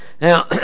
now